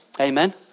Amen